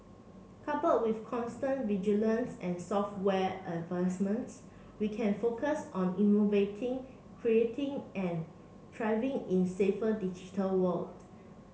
couple with constant vigilance and software advancements we can focus on innovating creating and thriving in safer digital world